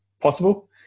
possible